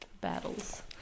Battles